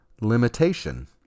limitation